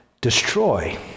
destroy